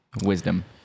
Wisdom